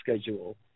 schedule